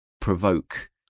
provoke